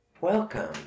Welcome